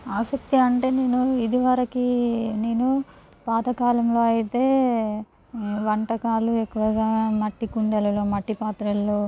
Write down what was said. ఆసక్తి అంటే నేను ఇదివరకు నేను పాత కాలంలో అయితే వంటకాలు ఎక్కువగా మట్టికుండలలో మట్టి పాత్రలలో